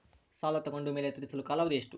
ಸಾಲ ತಗೊಂಡು ಮೇಲೆ ತೇರಿಸಲು ಕಾಲಾವಧಿ ಎಷ್ಟು?